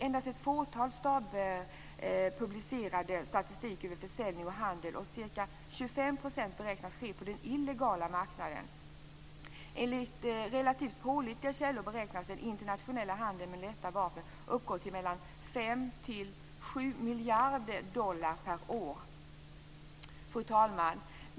Endast ett fåtal stater publicerade statistik över försäljning och handel. Ca 25 % av denna handel beräknas ske på den illegala marknaden. Enligt relativt pålitliga källor beräknas den internationella handeln med lätta vapen uppgå till mellan fem och sju miljarder dollar per år. Fru talman!